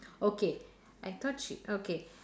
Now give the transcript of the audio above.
okay I thought sh~ okay